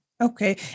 Okay